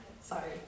Sorry